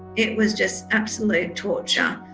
it was just absolute torture.